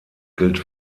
gilt